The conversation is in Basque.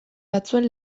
batzuen